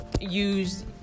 use